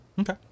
Okay